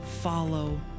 follow